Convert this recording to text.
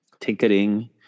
ticketing